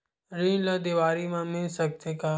ऋण ला देवारी मा मिल सकत हे